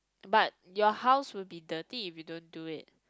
but your house would be dirty if you don't do it